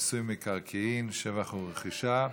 ניגשים להצבעה בקריאה ראשונה על חוק מיסוי מקרקעין (שבח ורכישה).